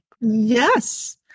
Yes